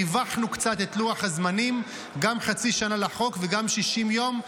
ריווחנו קצת את לוח הזמנים: גם חצי שנה לחוק וגם 60 יום.